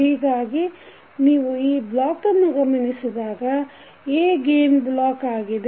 ಹೀಗಾಗಿ ನೀವು ಈ ಬ್ಲಾಕ್ ಗಮನಿಸಿದಾಗ A ಗೇನ್ ಬ್ಲಾಕ್ ಆಗಿದೆ